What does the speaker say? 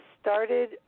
started